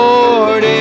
Lord